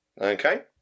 okay